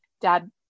dad